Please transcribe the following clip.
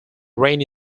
rainy